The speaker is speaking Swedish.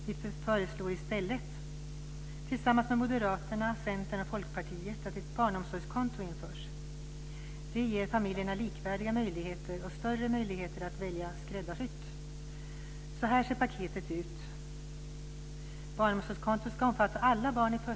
Vi föreslår i stället tillsammans med Moderaterna, Centern och Folkpartiet att ett barnomsorgskonto införs. Det ger familjerna likvärdiga möjligheter och större möjligheter att välja skräddarsytt.